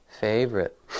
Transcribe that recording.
favorite